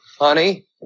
Honey